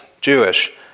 Jewish